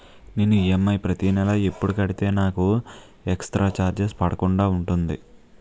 నేను ఈ.ఎం.ఐ ప్రతి నెల ఎపుడు కడితే నాకు ఎక్స్ స్త్ర చార్జెస్ పడకుండా ఉంటుంది?